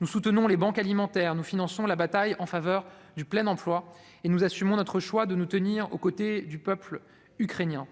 nous soutenons les banques alimentaires, nous finançons la bataille en faveur du plein emploi et nous assumons notre choix de nous tenir aux côtés du peuple ukrainien.